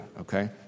okay